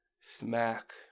Smack